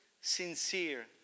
sincere